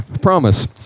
promise